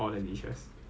ya then